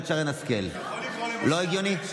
שרן השכל, לא הגיוני.